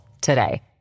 today